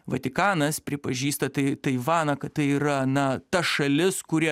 vatikanas pripažįsta tai taivaną kad tai yra na ta šalis kuri